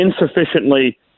insufficiently